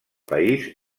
país